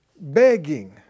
begging